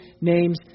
name's